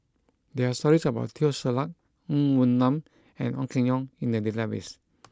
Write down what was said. there are stories about Teo Ser Luck Ng Woon Lam and Ong Keng Yong in the database